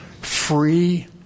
Free